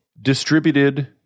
distributed